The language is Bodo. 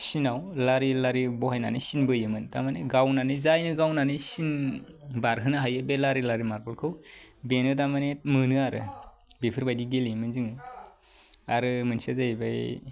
सिनाव लारि लारि बहायनानै सिन बोयोमोन थामाने गावनानै जाय गावनानै सिन बारहोनो हायो बे लारि लारि मार्बलखौ बेनो दा माने मोनो आरो बेफोरबायदि गेलेयोमोन जोङो आरो मोनसेया जाहैबाय